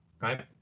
Right